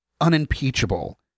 unimpeachable